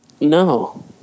No